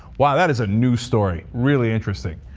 wow, that is a new story. really interesting.